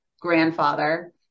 grandfather